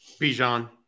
Bijan